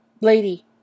lady